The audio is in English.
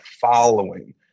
following